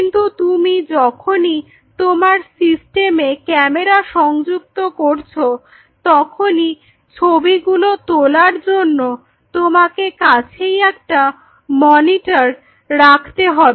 কিন্তু তুমি যখনই তোমার সিস্টেমে ক্যামেরা সংযুক্ত করছো তখনই ছবিগুলো তোলার জন্য তোমাকে কাছেই একটা মনিটর রাখতে হবে